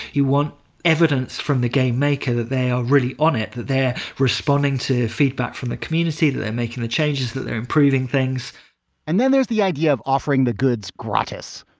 you want evidence from the game maker that they are really on it, that they're responding to feedback from the community, that they're making the changes, that they're improving things and then there's the idea of offering the goods gratis.